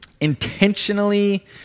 intentionally